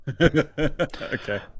Okay